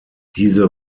diese